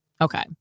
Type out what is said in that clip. Okay